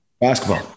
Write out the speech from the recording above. Basketball